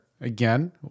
Again